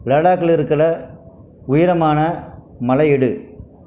லடாக்கில் இருக்கிற உயரமான மலை எடு